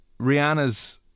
Rihanna's